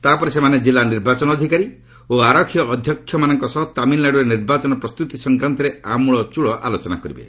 ତାପରେ ସେମାନେ କିଲ୍ଲା ନିର୍ବାଚନ ଅଧିକାରୀ ଓ ଆରକ୍ଷୀ ଅଧ୍ୟକ୍ଷମାନଙ୍କ ସହ ତାମିଲନାଡୁରେ ନିର୍ବାଚନ ପ୍ରସ୍ତୁତି ସଂକ୍ରାନ୍ତରେ ଆମ୍ବଳଚ୍ଚଳ ଆଲୋଚନା କରିବେ